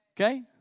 okay